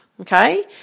Okay